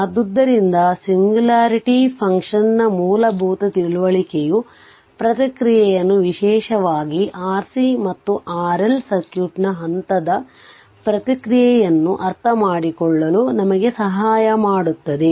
ಆದ್ದರಿಂದ singularity function ನ ಮೂಲಭೂತ ತಿಳುವಳಿಕೆಯು ಪ್ರತಿಕ್ರಿಯೆಯನ್ನು ವಿಶೇಷವಾಗಿ RC ಅಥವಾ RL ಸರ್ಕ್ಯೂಟ್ನ ಹಂತದ ಪ್ರತಿಕ್ರಿಯೆಯನ್ನು ಅರ್ಥಮಾಡಿಕೊಳ್ಳಲು ನಮಗೆ ಸಹಾಯ ಮಾಡುತ್ತದೆ